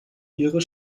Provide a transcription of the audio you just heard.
ihre